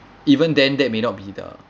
even then that may not be the